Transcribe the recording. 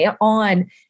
on